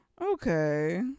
Okay